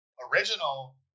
original